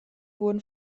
wurden